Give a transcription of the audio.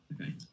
Okay